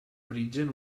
origen